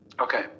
Okay